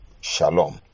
Shalom